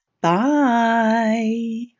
Bye